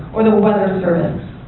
or the weather service,